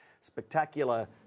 spectacular